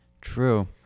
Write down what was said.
true